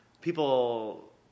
people